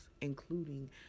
including